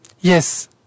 yes